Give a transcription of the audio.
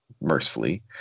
mercifully